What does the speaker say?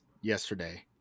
yesterday